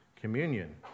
communion